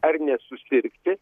ar nesusirgti